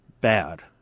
bad